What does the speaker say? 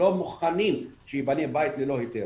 לא מוכנים שייבנה בית ללא היתר.